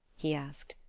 he asked.